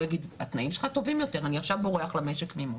אז הוא יגיד שאצלו התנאים טובים יותר ויברח למשק ממול.